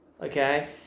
okay